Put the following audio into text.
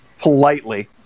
politely